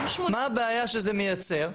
מה הבעיה שזה מייצר?